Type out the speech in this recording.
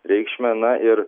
reikšmę na ir